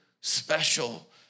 special